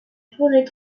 forêts